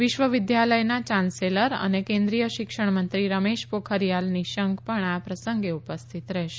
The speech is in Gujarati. વિશ્વ વિદ્યાલયના યાન્સેલર અને કેન્દ્રીય શિક્ષણ મંત્રી રમેશ પોખરીયાલ નિશંક પણ આ પ્રસંગે ઉપસ્થિત રહેશે